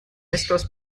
estos